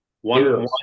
One